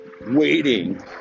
waiting